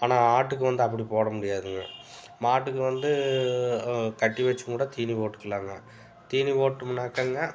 ஆனால் ஆட்டுக்கு வந்து அப்படி போட முடியாதுங்க மாட்டுக்கு வந்து கட்டி வச்சும் கூட தீனி போட்டுக்கலாங்க தீனி போட்டமுன்னாக்காங்க